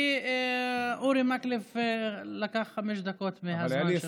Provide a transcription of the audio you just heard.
כי אורי מקלב לקח חמש דקות מהזמן שלך.